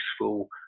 useful